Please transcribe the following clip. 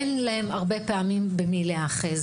אבל הרבה פעמים אין להם במי להיאחז.